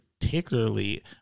particularly